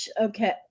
Okay